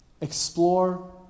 Explore